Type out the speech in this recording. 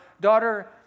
daughter